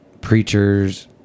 preachers